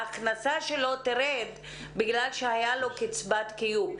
ההכנסה שלו תרד בגלל שהיתה לו קצבת קיום.